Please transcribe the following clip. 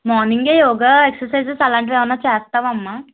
morning yoga exercises అలాంటివి ఏమన్నా చేస్తావా అమ్మ